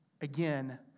again